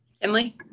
Emily